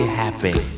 happy